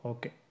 Okay